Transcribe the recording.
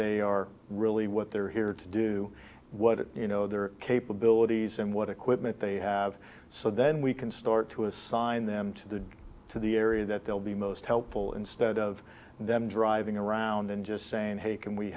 are really what they're here to do what you know their capabilities and what equipment they have so then we can start to assign them to the to the area that they'll be most helpful instead of them driving around and just saying hey can we